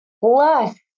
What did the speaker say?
plus